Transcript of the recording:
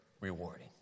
rewarding